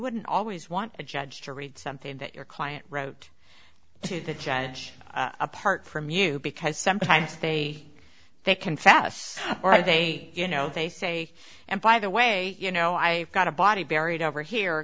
wouldn't always want a judge to read something that your client wrote to the judge apart from you because sometimes they they confess or are they you know they say and by the way you know i got a body buried over here